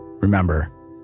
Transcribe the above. Remember